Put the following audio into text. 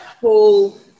whole